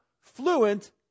fluent